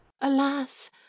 alas